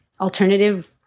alternative